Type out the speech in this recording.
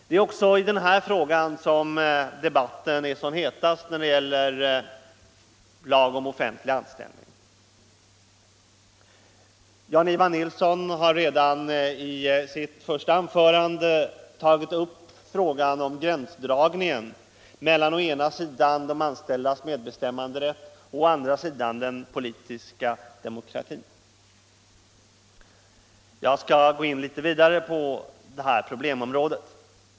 Det är också i denna fråga debatten är som hetast när det gäller lagen om offentlig anställning. Jan-Ivan Nilsson har redan i sitt första anförande tagit upp frågan om gränsdragningen mellan å ena sidan de anställdas medbestämmanderätt och å andra sidan den politiska demokratin. Jag skall gå in litet vidare på detta problemområde.